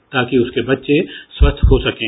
ताकि उसके बच्चे स्वस्थ्य हो सकें